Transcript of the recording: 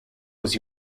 was